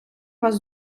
вас